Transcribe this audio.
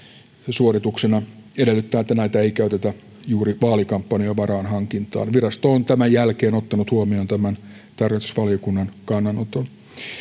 suorituksena edellyttäen että näitä ei käytetä juuri vaalikampanjan varainhankintaan virasto on tämän jälkeen ottanut huomioon tämän tarkastusvaliokunnan kannanoton